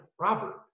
Robert